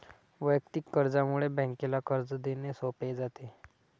वैयक्तिक कर्जामुळे बँकेला कर्ज देणे सोपे जाते